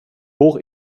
hoch